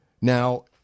Now